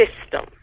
system